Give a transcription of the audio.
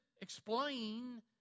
explain